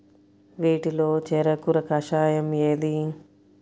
వీటిలో చెరకు కషాయం ఏది?